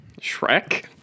Shrek